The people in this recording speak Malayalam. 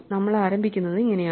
നമ്മൾ ആരംഭിക്കുന്നത് ഇങ്ങനെയാണ്